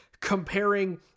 comparing